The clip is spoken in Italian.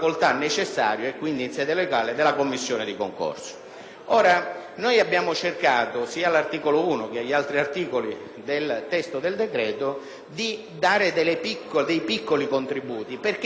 Noi abbiamo cercato, sia all'articolo 1, sia agli altri articoli del testo del decreto-legge, di offrire piccoli contributi, perché piccolo è il testo che voi ci proponete, tanto piccolo